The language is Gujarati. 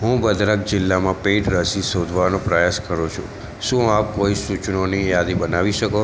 હું ભદ્રક જિલ્લામાં પેઈડ રસી શોધવાનો પ્રયાસ કરું છું શું આપ કોઈ સૂચનોની યાદી બનાવી શકો